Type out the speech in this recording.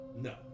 No